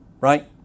right